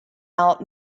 out